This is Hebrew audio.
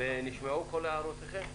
וכל הערותיכם נשמעו?